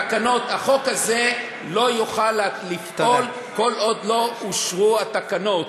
החוק הזה לא יוכל לפעול כל עוד לא אושרו התקנות.